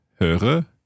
höre